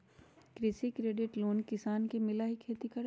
कृषि credit loan किसान के मिलहई खेती करेला?